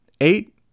Eight